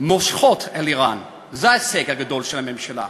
נושכות על איראן, זה ההישג הגדול של הממשלה.